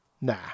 nah